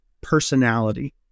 personality